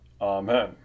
Amen